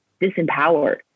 disempowered